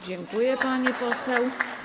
Dziękuję, pani poseł.